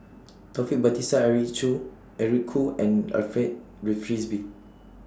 Taufik Batisah Eric Chew Eric Khoo and Alfred Read Frisby